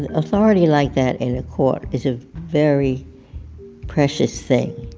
authority like that in a court is a very precious thing.